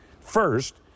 First